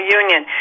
union